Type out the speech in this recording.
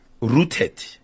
rooted